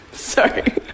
Sorry